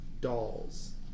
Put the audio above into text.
dolls